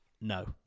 No